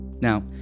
Now